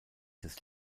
des